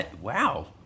Wow